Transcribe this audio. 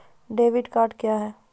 Debit card क्या हैं?